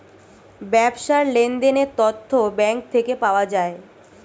ব্যবসার লেনদেনের তথ্য ব্যাঙ্ক থেকে পাওয়া যায়